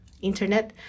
internet